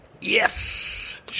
Yes